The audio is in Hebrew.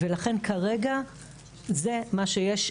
ולכן כרגע זה מה שיש.